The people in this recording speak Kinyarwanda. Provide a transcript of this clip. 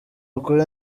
ukuri